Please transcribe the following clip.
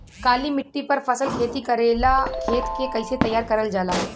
काली मिट्टी पर फसल खेती करेला खेत के कइसे तैयार करल जाला?